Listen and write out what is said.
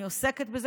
אני עוסקת בזה,